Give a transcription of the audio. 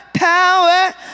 Power